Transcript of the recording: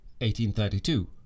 1832